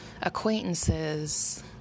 acquaintances